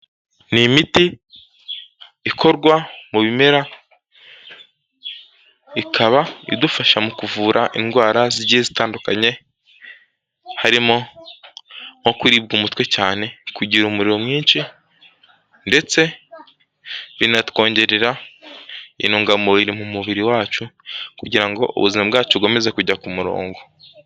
Ni imiti ikorwa mu bimera ikaba idufasha mu kuvura indwara zigiye zitandukanye, harimo nko kuribwa umutwe cyane, kugira umuriro mwinshi ndetse binatwongerera intungamubiri mu mubiri wacu kugira ngo ubuzima bwacu bukomeze kujya ku murongo.